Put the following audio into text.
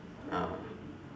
uh